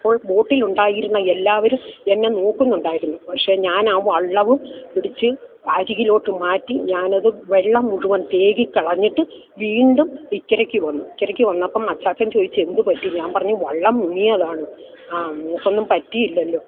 അപ്പോൾ ബോട്ടിലുണ്ടായിരുന്ന എല്ലാവരും എന്നെ നോക്കുന്നുണ്ടായിരുന്നു പക്ഷേ ഞാനാ വള്ളവും പിടിച്ച് അരികിലോട്ട് മാറ്റി ഞാനത് വെള്ളം മുഴുവൻ തേകി കളഞ്ഞിട്ട് വീണ്ടും ഇക്കരയ്ക്ക് വന്ന് ഇക്കരയ്ക്ക് വന്നപ്പം അച്ചാച്ചൻ ചോദിച്ചു എന്തുപറ്റി ഞാൻ പറഞ്ഞു വള്ളം മുങ്ങിയതാണ് ആ മോൾക്കൊന്നും പറ്റിയില്ലല്ലോ